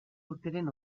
urteren